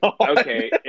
Okay